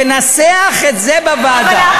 ננסח את זה בוועדה.